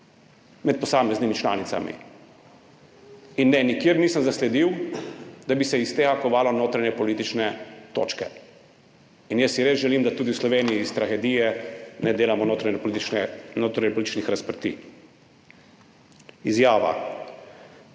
med posameznimi članicami. In ne, nikjer nisem zasledil, da bi se iz tega kovala notranjepolitične točke. Jaz si res želim, da tudi v Sloveniji iz tragedije ne delamo notranjepolitičnih razprtij. Izjava: